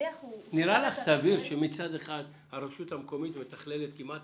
נראה לך סביר שמצד אחד הרשות המקומית מתכללת כמעט